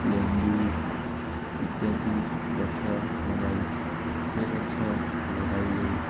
ଲେମ୍ବୁ ଇତ୍ୟାଦି ଗଛ ଲଗାଇ ସେ ଗଛ ଲଗାଇଲେ